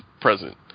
present